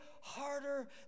harder